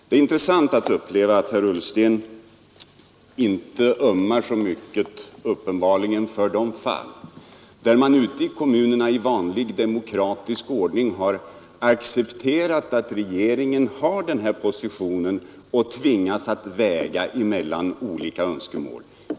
Det är intressant att uppleva att herr Ullsten uppenbarligen inte ömmar så mycket för de fall där man ute i kommunerna i vanlig demokratisk ordning har accepterat att regeringen har den här positionen och tvingas att väga mellan olika önskemål.